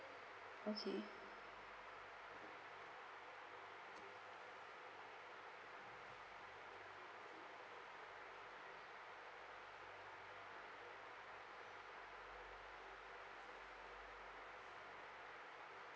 okay